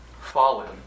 Fallen